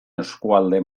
eskualde